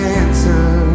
answer